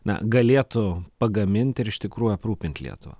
na galėtų pagaminti ir iš tikrųjų aprūpint lietuvą